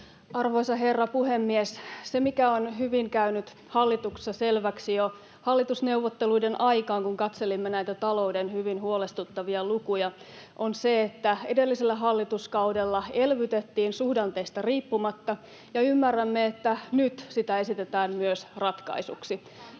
Arvoisa herra puhemies! Se, mikä on hyvin käynyt hallituksessa selväksi jo hallitusneuvotteluiden aikaan, kun katselimme näitä talouden hyvin huolestuttavia lukuja, on se, että edellisellä hallituskaudella elvytettiin suhdanteista riippumatta, ja ymmärrämme, että myös nyt sitä esitetään ratkaisuksi.